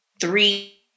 Three